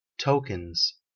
tokens